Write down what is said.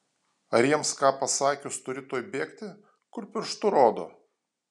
ar jiems ką pasakius turi tuoj bėgti kur pirštu rodo